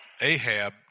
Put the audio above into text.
Ahab